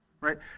Right